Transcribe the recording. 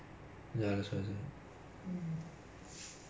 the black lives um uh black lives matter protest